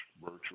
virtual